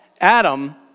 Adam